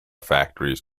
factories